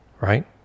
right